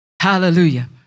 Hallelujah